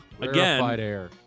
Again